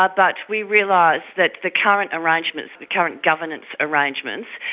ah but we realised that the current arrangements, the current governance arrangements,